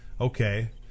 Okay